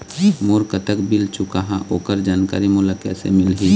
मोर कतक बिल चुकाहां ओकर जानकारी मोला कैसे मिलही?